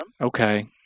Okay